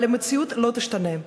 אבל המציאות לא תשתנה.